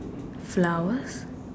flowers